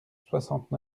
soixante